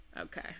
Okay